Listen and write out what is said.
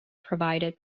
provided